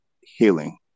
healing